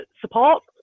support